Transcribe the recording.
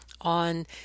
on